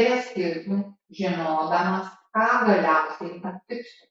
ir eskizų žinodamas ką galiausiai aptiksiu